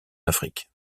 afrique